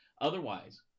otherwise